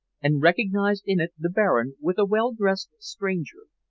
and recognized in it the baron with a well-dressed stranger.